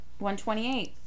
128